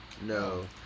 no